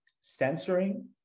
censoring